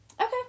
okay